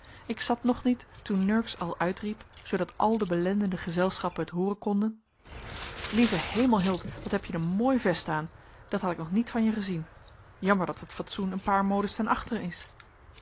ik zat nog niet toen nurks al uitriep zoodat al de belendende gezelschappen het hooren konden lieve hemel hild wat hebje een mooi vest aan dat had ik nog niet van je gezien jammer dat het fatsoen een paar modes ten achteren is